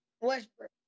Westbrook